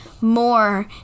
more